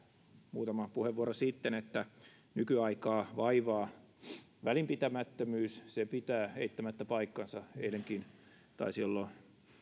muutama puheenvuoro sitten että nykyaikaa vaivaa välinpitämättömyys se pitää eittämättä paikkansa eilenkin taisi olla